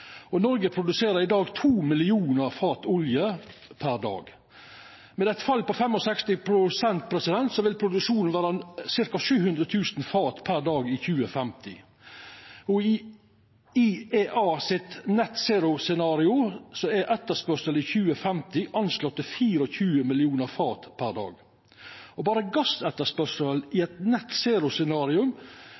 Noreg produserer i dag 2 millionar fat olje per dag. Med eit fall på 65 pst. vil produksjonen vera på ca. 700 000 fat per dag i 2050. I IEAs net zero-scenario er etterspørselen i 2050 anslått til 24 millionar fat per dag. Berre gassetterspørselen i eit